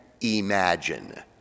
imagine